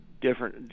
different